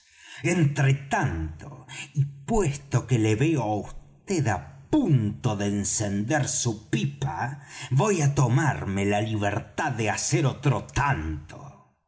entre tanto y puesto que le veo á vd á punto de encender su pipa voy á tomarme la libertad de hacer otro tanto